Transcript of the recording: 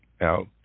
out